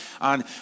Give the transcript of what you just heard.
on